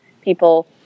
people